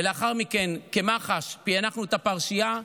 ולאחר מכן כמח"ש פענחנו את הפרשייה,